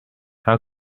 how